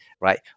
Right